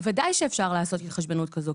בוודאי שאפשר לעשות התחשבנות כזאת.